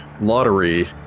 lottery